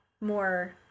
more